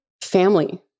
family